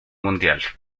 mundial